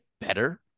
better